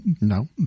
No